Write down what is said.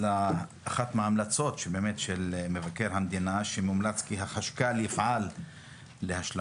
אחת ההמלצות של מבקר המדינה היא: "מומלץ כי החשכ"ל יפעל להשלמת